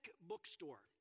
bookstore